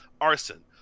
arson